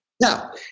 Now